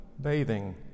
bathing